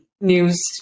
news